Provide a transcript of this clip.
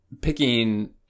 picking